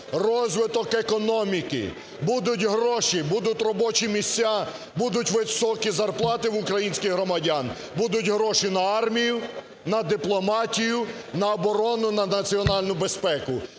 розвиток економіки. Будуть гроші, будуть робочі місця, будуть високі зарплати в українських громадян – будуть гроші на армію, на дипломатію, на оборону, на національну безпеку.